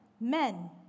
men